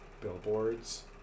billboards